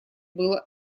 было